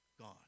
gone